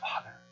Father